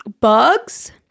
bugs